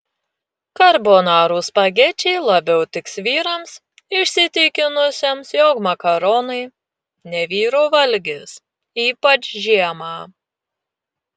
karbonarų spagečiai labiau tiks vyrams įsitikinusiems jog makaronai ne vyrų valgis ypač žiemą